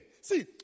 See